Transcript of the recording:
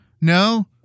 No